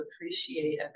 appreciate